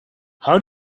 how